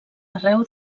arreu